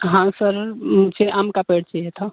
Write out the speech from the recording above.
हाँ सर मुझे आम का पेड़ चाहिए था